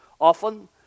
Often